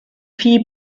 viel